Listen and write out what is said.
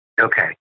Okay